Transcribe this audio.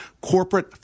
corporate